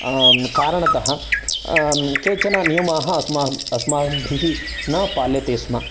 कारणतः केचन नियमाः अस्मा अस्माभिः न पाल्यते स्म